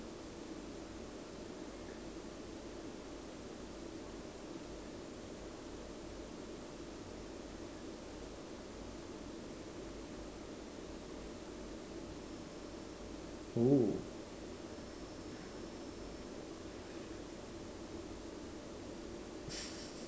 oo